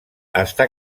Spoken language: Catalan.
està